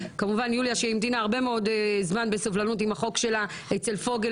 כמובן ליוליה שהמתינה הרבה מאוד זמן בסבלנות עם החוק שלה אצל פוגל,